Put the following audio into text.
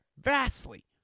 Vastly